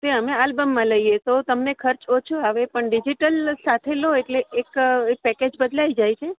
તે અમે આલબમમાં લઈએ તો તમને ખર્ચ ઓછો આવે પણ ડિજઈટલ સાથે લો એટલે એક પેકેજ બદલાઈ જાય છે